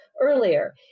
earlier